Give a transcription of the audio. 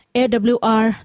awr